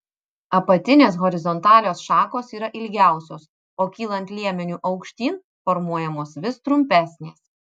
apatinės horizontalios šakos yra ilgiausios o kylant liemeniu aukštyn formuojamos vis trumpesnės